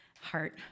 heart